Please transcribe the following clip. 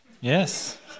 Yes